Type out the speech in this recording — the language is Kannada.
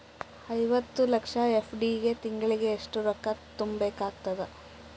ಐವತ್ತು ಲಕ್ಷ ಎಫ್.ಡಿ ಗೆ ತಿಂಗಳಿಗೆ ಎಷ್ಟು ರೊಕ್ಕ ತುಂಬಾ ಬೇಕಾಗತದ?